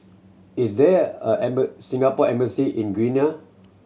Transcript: is there a Singapore Embassy in Guinea